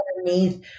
underneath